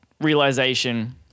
realization